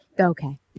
Okay